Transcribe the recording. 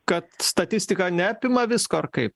kad statistika neapima visko ar kaip